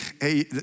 hey